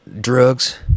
drugs